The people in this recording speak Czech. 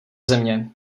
země